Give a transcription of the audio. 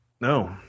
No